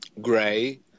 gray